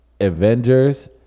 Avengers